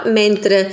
mentre